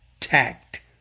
Tact